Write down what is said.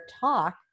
talk